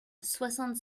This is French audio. soixante